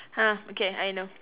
ha okay I know